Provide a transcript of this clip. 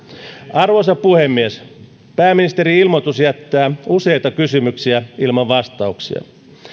arvoisa puhemies pääministerin ilmoitus jättää useita kysymyksiä ilman vastauksia